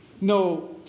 no